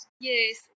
Yes